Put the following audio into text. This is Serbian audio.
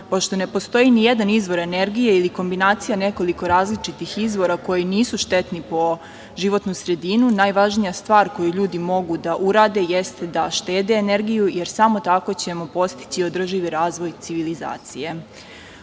ne postoji ni jedan izvor energije ili kombinacija nekoliko različitih izvora koji nisu štetni po životnu sredinu, najvažnija stvar koju ljudi mogu da urade jeste da štede energiju, jer samo tako ćemo postići održivi razvoj civilizacije. Upravo